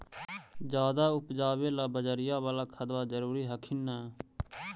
ज्यादा उपजाबे ला बजरिया बाला खदबा जरूरी हखिन न?